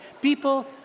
people